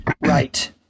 Right